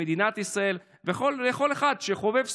למדינת ישראל ולכל אחד שחובב ספורט.